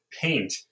paint